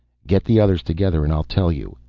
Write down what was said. get the others together and i'll tell you.